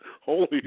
holy